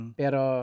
pero